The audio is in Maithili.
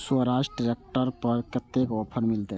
स्वराज ट्रैक्टर पर कतेक ऑफर मिलते?